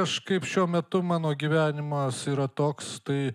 kažkaip šiuo metu mano gyvenimas yra toks tai